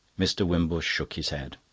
mr. wimbush shook his head.